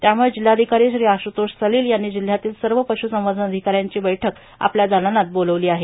त्यामुळं जिल्हाधिकारी श्री आश्रतोष सलिल यांनी जिल्ह्यातील सर्व पश्रसंवर्धन अधिकाऱ्यांची बैठक आपल्या दालनात बोलाविली आहे